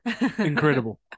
Incredible